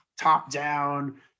top-down